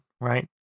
right